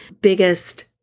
biggest